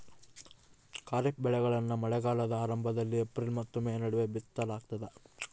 ಖಾರಿಫ್ ಬೆಳೆಗಳನ್ನ ಮಳೆಗಾಲದ ಆರಂಭದಲ್ಲಿ ಏಪ್ರಿಲ್ ಮತ್ತು ಮೇ ನಡುವೆ ಬಿತ್ತಲಾಗ್ತದ